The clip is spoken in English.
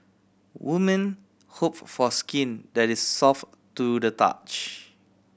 women hope for skin that is soft to the touch